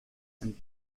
and